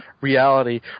reality